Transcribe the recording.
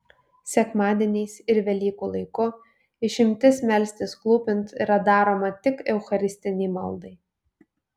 sekmadieniais ir velykų laiku išimtis melstis klūpint yra daroma tik eucharistinei maldai